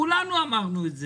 כולנו אמרנו את זה,